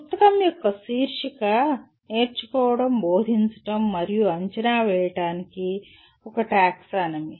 పుస్తకం యొక్క శీర్షిక నేర్చుకోవడం బోధించడం మరియు అంచనా వేయడానికి ఒక టాక్సానమీ